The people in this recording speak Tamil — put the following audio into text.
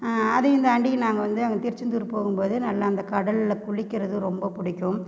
அதையும் தாண்டி நாங்கள் வந்து அங்கே திருச்செந்தூர் போகும் போது நல்லா அந்த கடலில் குளிக்கிறது ரொம்ப பிடிக்கும்